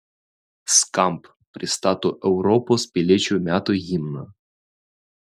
skamp pristato europos piliečių metų himną